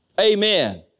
Amen